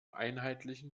einheitlichen